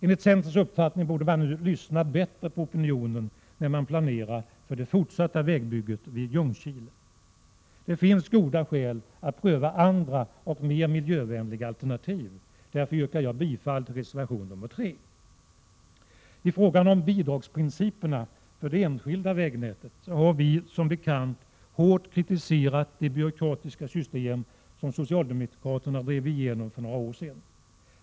Enligt centerns uppfattning borde man lyssna bättre på opinionen när man nu planerar för det fortsatta vägbygget vid Ljungskile. Det finns goda skäl att pröva andra och mer miljövänliga alternativ. Därför yrkar jag bifall till reservation 3. I fråga om bidragsprinciperna för det enskilda vägnätet har vi som bekant hårt kritiserat det byråkratiska system som socialdemokraterna drev igenom för några år sedan.